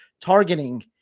targeting